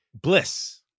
bliss